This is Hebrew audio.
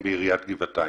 תודה.